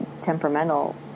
temperamental